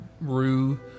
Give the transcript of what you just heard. Rue